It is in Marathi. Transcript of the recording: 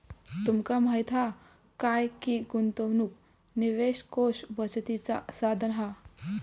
तुमका माहीत हा काय की गुंतवणूक निवेश कोष बचतीचा साधन हा